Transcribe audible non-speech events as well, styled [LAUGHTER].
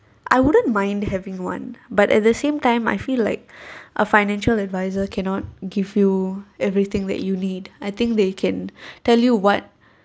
I wouldn't mind having one but at the same time I feel like [BREATH] a financial advisor cannot give you everything that you need I think they can [BREATH] tell you what